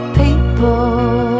people